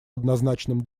однозначным